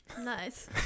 Nice